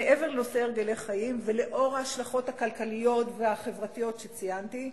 מעבר לנושא הרגלי חיים ולנוכח ההשלכות הכלכליות והחברתיות שציינתי,